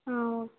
ஆ okay